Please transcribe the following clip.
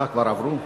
כבר עברו?